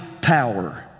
power